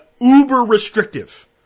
uber-restrictive